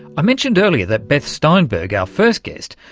i mentioned earlier that beth steinberg, our first guest,